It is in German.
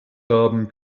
haben